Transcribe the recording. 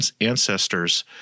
ancestors –